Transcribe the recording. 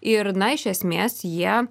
ir na iš esmės jie